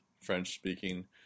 French-speaking